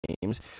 games